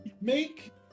Make